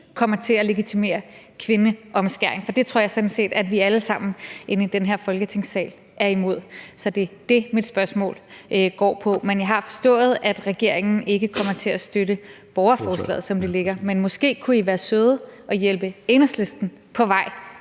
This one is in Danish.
kommer til at legitimere kvindeomskæring, for det tror jeg sådan set at vi alle sammen i den her Folketingssal er imod. Så det er det, mit spørgsmål går på. Men jeg har forstået, at regeringen ikke kommer til at støtte borgerforslaget, som det ligger. Men måske kunne I være søde at hjælpe Enhedslisten på vej